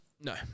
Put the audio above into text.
No